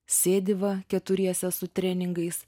sėdi va keturiese su treningais